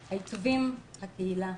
והעיצובים, הקהילה.